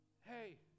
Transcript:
hey